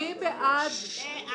מי בעד,